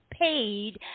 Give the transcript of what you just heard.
paid